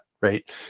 right